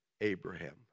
Abraham